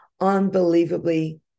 unbelievably